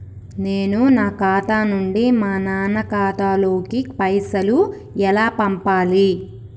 నేను నా ఖాతా నుంచి మా నాన్న ఖాతా లోకి పైసలు ఎలా పంపాలి?